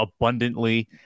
abundantly